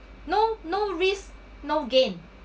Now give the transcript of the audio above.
no no risk no gain